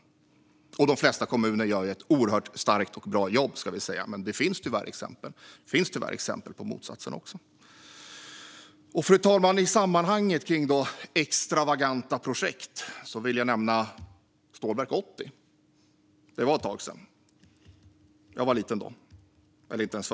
Det ska sägas att de flesta kommuner gör ett oerhört starkt och bra jobb, men det finns tyvärr exempel på motsatsen också. Fru talman! I sammanhanget extravaganta projekt vill jag nämna Stålverk 80. Det var ett tag sedan. Jag var liten då, liten och söt kanske.